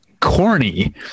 corny